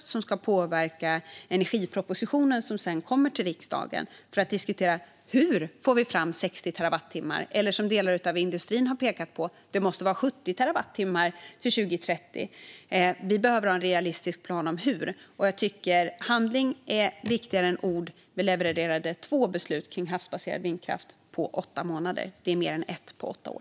De samtalen ska påverka energipropositionen, som sedan kommer till riksdagen. Vi ska diskutera hur vi får fram 60 terawattimmar. Delar av industrin har pekat på att det måste vara 70 terawattimmar till 2030. Vi behöver ha en realistisk plan om hur. Jag tycker att handling är viktigare än ord. Vi levererade två beslut om havsbaserad vindkraft på åtta månader. Det är mer än ett beslut på åtta år.